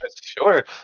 Sure